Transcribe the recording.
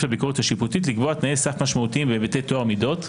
לביקורת השיפוטית לקבוע תנאי סף משמעותיים בהיבטי טוהר מידות.